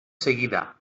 seguida